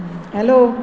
hello